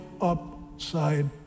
upside